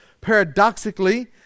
Paradoxically